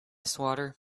swatter